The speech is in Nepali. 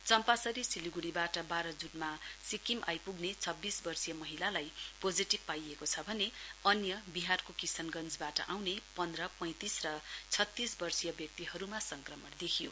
चम्पासरी सिलिगुढीबाट बाह्र जूनमा सिक्किम आइपुग्ने छब्बीस वर्षिय महिला पोजिटिभ पाइएको छ भने अन्य बिहारको किसनगञ्जनबाट आउने पन्ध्र वर्षिय पैतिस वर्षिय र छत्तीस वर्षिय व्यक्तिहरूमा संक्रमण देखियो